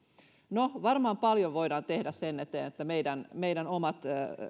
no varmaan paljon voidaan tehdä sen eteen että meidän meidän omat